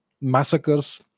massacres